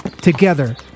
Together